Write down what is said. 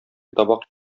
табак